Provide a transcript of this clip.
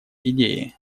идеи